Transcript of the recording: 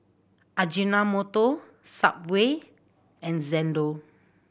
Ajinomoto Subway and Xndo